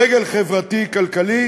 דגל חברתי-כלכלי